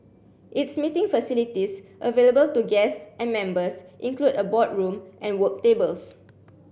its meeting facilities available to guests and members include a boardroom and work tables